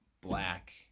black